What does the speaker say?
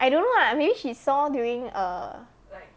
I don't know lah maybe she saw during err